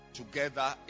together